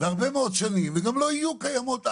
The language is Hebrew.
הרבה מאוד שנים וגם לא יהיו קיימות הלאה,